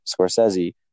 Scorsese